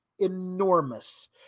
enormous